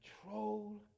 control